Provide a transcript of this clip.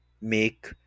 make